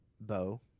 bow